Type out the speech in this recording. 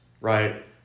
right